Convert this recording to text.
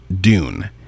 Dune